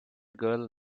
girl